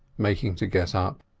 making to get up.